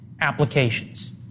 applications